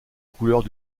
couleurs